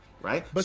right